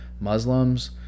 Muslims